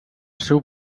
seu